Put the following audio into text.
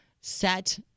set